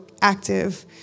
active